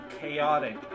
chaotic